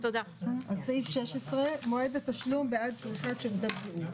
סעיף 16, מועד התשלום בעד צריכת שירותי בריאות.